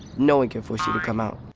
no one can force you to come out.